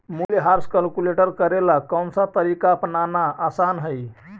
मूल्यह्रास कैलकुलेट करे ला कौनसा तरीका अपनाना आसान हई